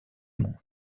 monde